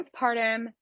postpartum